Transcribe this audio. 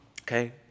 Okay